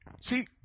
See